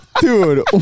Dude